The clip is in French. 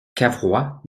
cavrois